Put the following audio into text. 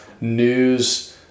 news